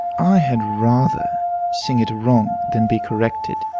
i had rather sing it wrong, than be corrected.